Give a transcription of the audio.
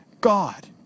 God